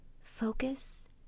Focus